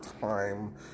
time